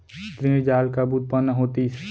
ऋण जाल कब उत्पन्न होतिस?